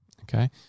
Okay